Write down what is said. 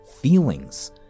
feelings